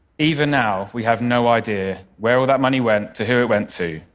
even now, we have no idea where all that money went, to who it went to,